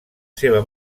seva